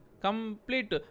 Complete